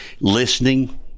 listening